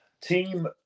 Team